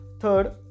third